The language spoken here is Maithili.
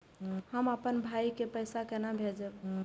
हम आपन भाई के पैसा केना भेजबे?